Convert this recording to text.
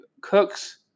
cooks